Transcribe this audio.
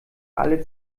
alle